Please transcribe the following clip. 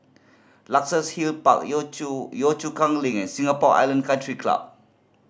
Luxus Hill Park Yio Chu Yio Chu Kang Link and Singapore Island Country Club